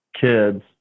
kids